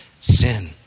sin